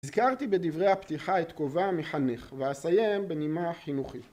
הזכרתי בדברי הפתיחה את קובע מחנך, ואסיים בנימה חינוכי